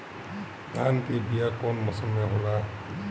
धान के बीया कौन मौसम में होला?